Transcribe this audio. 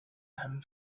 him